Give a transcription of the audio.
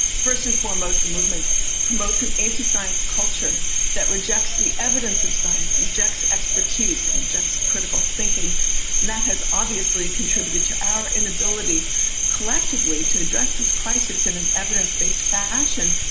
first and foremost, the movement promotes an anti science culture that rejects the evidence of science, rejects expertise and rejects critical thinking. and that has obviously contributed to our inability collectively to address this crisis in an evidence based fashion.